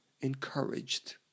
encouraged